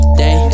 day